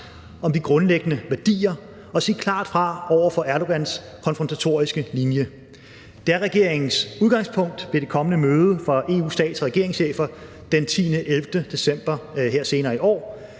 om de grundlæggende værdier og sige klart fra over for Erdogans konfrontatoriske linje. Det er regeringens udgangspunkt ved det kommende møde for EU's stats- og regeringschefer den 10. og 11. december her senere i år.